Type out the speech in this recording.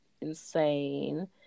insane